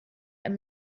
and